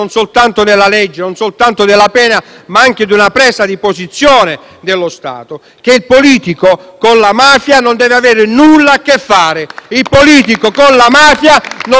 ma anche di una presa di posizione da parte dello Stato circa il fatto che il politico con la mafia non deve avere nulla a che fare. Il politico con la mafia non deve nemmeno parlarci!